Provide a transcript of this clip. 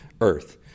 earth